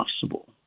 possible